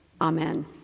Amen